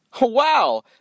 Wow